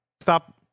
stop